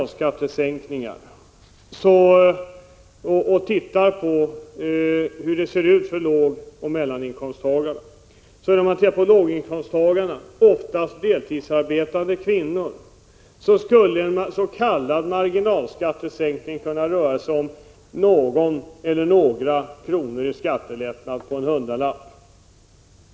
Låginkomsttagarna är oftast deltidsarbetande kvinnor. För dem skulle en s.k. marginalskattesänkning kunna innebär någon eller några kronor i skattelättnad per hundralapp.